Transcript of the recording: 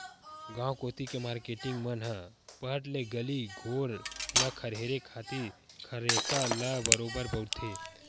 गांव कोती के मारकेटिंग मन ह पहट ले गली घोर ल खरेरे खातिर खरेटा ल बरोबर बउरथे